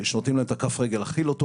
כשנותנים להם את כף הרגל הכי לא טובה,